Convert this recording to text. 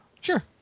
Sure